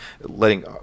letting